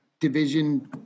Division